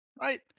Right